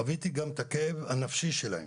חוויתי גם את הכאב הנפשי שלהם.